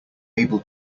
able